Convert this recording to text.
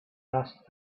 asked